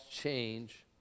change